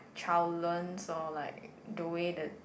child learns or like the way the